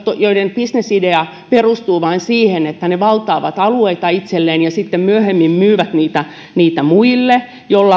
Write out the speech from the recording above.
joiden bisnesidea perustuu vain siihen että ne valtaavat alueita itselleen ja sitten myöhemmin myyvät niitä niitä muille